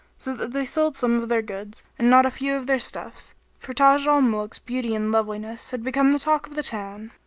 so that they sold some of their goods and not a few of their stuffs for taj al-muluk's beauty and loveliness had become the talk of the town.